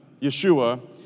Yeshua